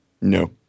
No